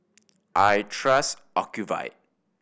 I trust Ocuvite